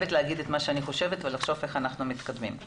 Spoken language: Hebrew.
חייבת להגיד מה אני חושבת ולחשוב איך אנחנו מתקדמים.